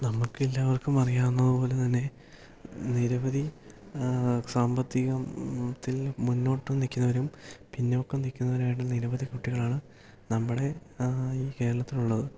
നമുക്ക് എല്ലാവർക്കും അറിയാവുന്നതു പോലെ തന്നെ നിരവധി സാമ്പത്തികത്തിൽ മുന്നോട്ട് നില്ക്കുന്നവരും പിന്നോക്കം നില്ക്കുന്നവരുമായിട്ട് നിരവധി കുട്ടികളാണ് നമ്മുടെ ഈ കേരളത്തിലുള്ളത്